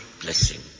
blessing